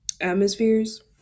atmospheres